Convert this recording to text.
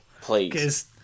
Please